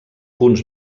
punts